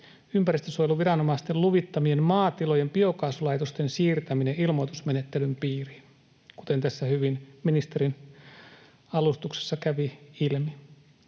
ympäristönsuojeluviranomaisten luvittamien maatilojen biokaasulaitosten siirtäminen ilmoitusmenettelyn piiriin, kuten tässä ministerin alustuksessa hyvin kävi ilmi.